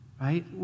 right